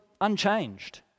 unchanged